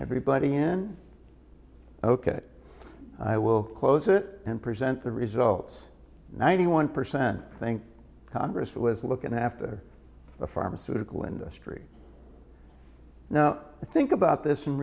everybody in ok i will close it and present the results ninety one percent think congress was looking after the pharmaceutical industry now think about this in